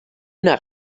una